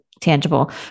tangible